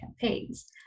campaigns